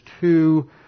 two